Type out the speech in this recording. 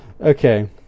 Okay